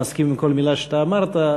מסכים עם כל מילה שאתה אמרת,